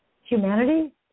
humanity